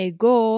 Ego